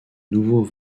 nouveau